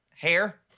hair